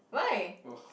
why